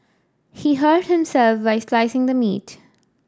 he hurt himself while slicing the meat